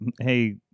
Hey